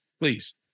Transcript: please